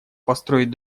построить